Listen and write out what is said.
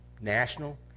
national